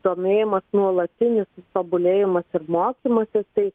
domėjimasis nuolatinis tobulėjimas ir mokymasis tai